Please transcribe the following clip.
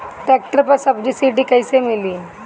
Tractor पर subsidy कैसे मिली?